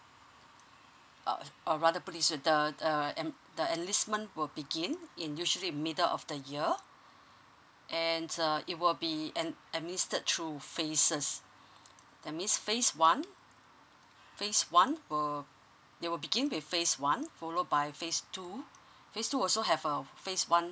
uh or rather put it this way uh the en~ the enlistment will begin in usually middle of the year and the it will be administered through phases that means phase one phase one will they will begin with phase one followed by phase two phase two also have um phase one